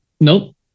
Nope